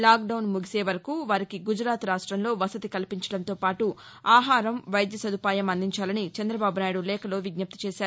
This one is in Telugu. లాక్డౌన్ ముగిసేవరకు వారికి గుజరాత్ రాష్టంలో వసతి కల్పించడంతోపాటు ఆహారం వైద్య సదుపాయం అందించాలని చంద్రబాబునాయుడు లేఖలో విజ్ఞప్తిచేశారు